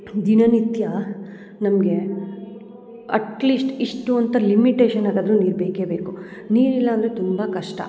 ದಿನನಿತ್ಯ ನಮಗೆ ಅಟ್ಲೀಸ್ಟ್ ಇಷ್ಟು ಅಂತ ಲಿಮಿಟೇಷನ್ ಆಗಾದ್ರು ನೀರು ಬೇಕೇ ಬೇಕು ನೀರಿಲ್ಲ ಅಂದರೆ ತುಂಬ ಕಷ್ಟ